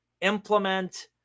implement